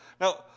Now